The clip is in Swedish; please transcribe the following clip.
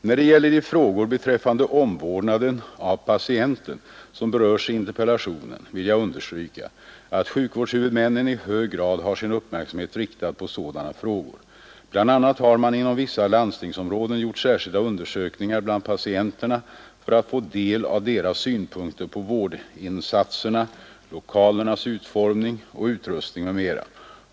När det gäller de frågor beträffande omvårdnaden av patienten som berörs i interpellationen vill jag understryka, att sjukvårdshuvudmännen i hög grad har sin uppmärksamhet riktad på sådana frågor. Bl. a. har man inom vissa landstingsområden gjort särskilda undersökningar bland patienterna för att få del av deras synpunkter på vårdinsatserna, lokalernas utformning och utrustning m.m.